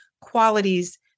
qualities